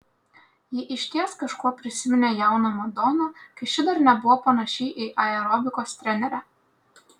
ji išties kažkuo prisiminė jauną madoną kai ši dar nebuvo panaši į aerobikos trenerę